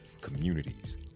communities